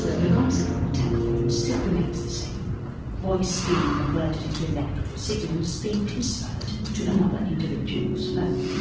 the concept of the telephone still remains the same voice being converted into electrical signals being transferred to another individual's phone.